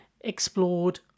explored